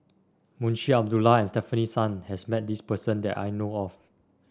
Munshi Abdullah and Stefanie Sun has met this person that I know of